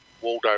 Waldo